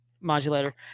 modulator